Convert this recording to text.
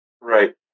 Right